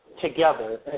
together